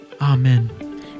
amen